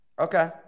Okay